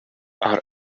are